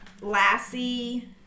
Lassie